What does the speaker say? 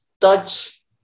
touch